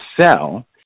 sell